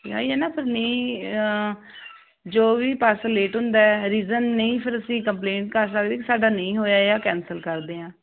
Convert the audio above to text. ਆਹੀ ਨਾ ਪਰਨੀ ਜੋ ਵੀ ਪਾਰਸਲ ਲੇਟ ਹੁੰਦਾ ਰੀਜਨ ਨਹੀਂ ਫਿਰ ਅਸੀਂ ਕੰਪਲੇਂਟ ਕਰ ਸਕਦੇ ਸਾਡਾ ਨਹੀਂ ਹੋਇਆ ਜਾ ਕੈਂਸਲ ਕਰਦੇ ਆ